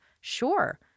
Sure